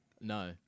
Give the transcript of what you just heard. No